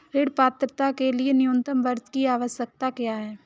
ऋण पात्रता के लिए न्यूनतम वर्ष की आवश्यकता क्या है?